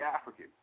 African